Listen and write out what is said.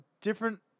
different